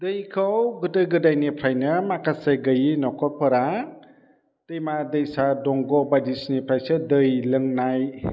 दैखौ गोदो गोदायनिफ्रायनो माखासे गैयै नखरफोरा दैमा दैसा दंग बायदिसिनिफ्रायसो दै लोंनाय